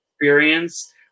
experience